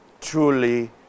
truly